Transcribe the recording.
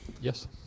Yes